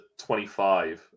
25